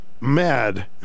mad